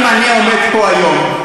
אם אני עומד פה היום,